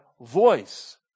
voice